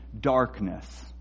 darkness